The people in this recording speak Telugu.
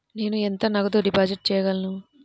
నేను ఎంత నగదు డిపాజిట్ చేయగలను?